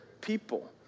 people